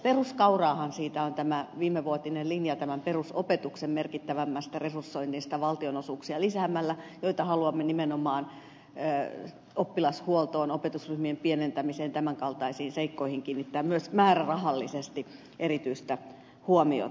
peruskauraahan siitä on tämä viimevuotinen linja perusopetuksen merkittävämmästä resursoinnista valtionosuuksia lisäämällä jolla haluamme nimenomaan oppilashuoltoon opetusryhmien pienentämiseen tämän kaltaisiin seikkoihin kiinnittää myös määrärahallisesti erityistä huomiota